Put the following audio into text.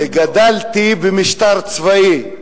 וגדלתי במשטר צבאי.